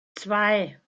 zwei